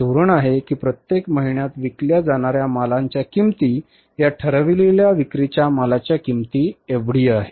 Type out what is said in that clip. हे धोरण आहे की प्रत्येक महिन्यात विकल्या जाणाऱ्या मालाच्या किंमती या ठरविलेल्या विक्रीच्या मालाच्या किमती एवढी आहे